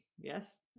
Yes